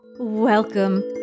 Welcome